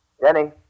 Denny